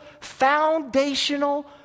foundational